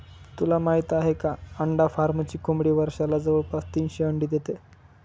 तुला माहित आहे का? अंडा फार्मची कोंबडी वर्षाला जवळपास तीनशे अंडी देते